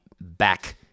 back